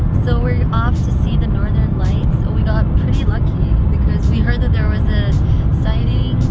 so we're off to see the northern lights so we got pretty luck because we heard that there was a sighting